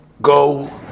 go